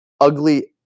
ugly